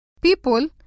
People